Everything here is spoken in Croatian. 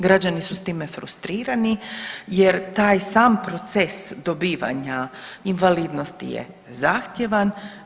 Građani su time frustrirani, jer taj sam proces dobivanja invalidnosti je zahtjevan.